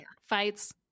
fights